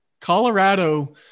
Colorado